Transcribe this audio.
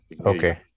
Okay